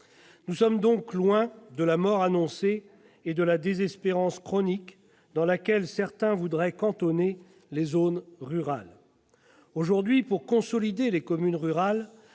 Nous sommes donc loin de la mort annoncée et de la désespérance chronique dans laquelle certains voudraient cantonner les zones rurales. Aujourd'hui, pour consolider les communes rurales,